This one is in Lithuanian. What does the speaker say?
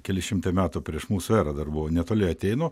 keli šimtai metų prieš mūsų erą dar buvo netoli atėnų